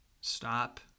stop